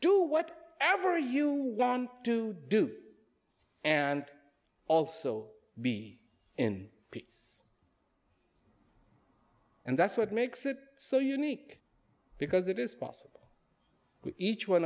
do what ever you want to do and also be in peace and that's what makes it so unique because it is possible with each one